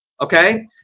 Okay